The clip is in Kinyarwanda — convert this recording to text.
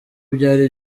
byari